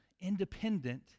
independent